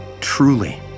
Truly